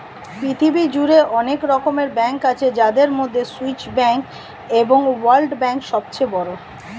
পৃথিবী জুড়ে অনেক রকমের ব্যাঙ্ক আছে যাদের মধ্যে সুইস ব্যাঙ্ক এবং ওয়ার্ল্ড ব্যাঙ্ক সবচেয়ে বড়